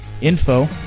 info